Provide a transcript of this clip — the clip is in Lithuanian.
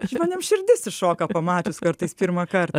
žmonėm širdis iššoka pamačius kartais pirmą kartą